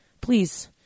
Please